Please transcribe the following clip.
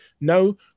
no